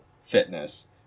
fitness